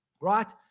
Right